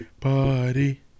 party